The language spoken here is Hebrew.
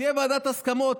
תהיה ועדת הסכמות.